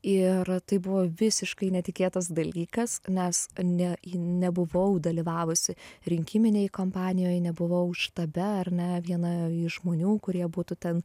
ir tai buvo visiškai netikėtas dalykas nes ne nebuvau dalyvavusi rinkiminėj kampanijoj nebuvau štabe ar ne viena iš žmonių kurie būtų ten